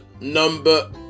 number